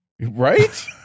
right